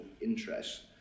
interests